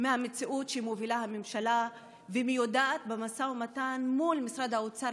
מהמציאות שמובילה הממשלה ומיודעת במשא ומתן המבייש מול משרד האוצר